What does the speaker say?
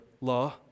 law